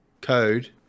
code